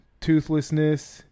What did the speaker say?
toothlessness